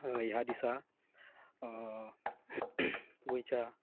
ह्या दिसा गोंयच्या